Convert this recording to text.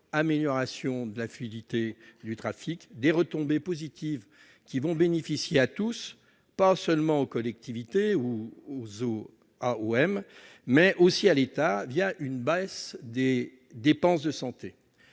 amélioration de la fluidité du trafic, etc. Ces retombées positives vont bénéficier à tous : non seulement aux collectivités et aux AOM, mais aussi à l'État, via une baisse des dépenses de santé.